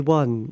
one